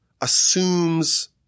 assumes